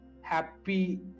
happy